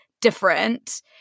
different